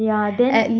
yeah then